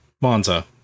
Monza